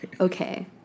Okay